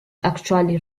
actually